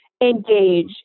engage